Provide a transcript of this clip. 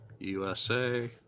USA